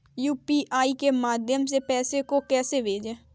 UPI के माध्यम से पैसे को कैसे भेजें?